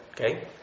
Okay